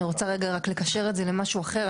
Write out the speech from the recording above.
אני רוצה רגע רק לקשר את זה למשהו אחר,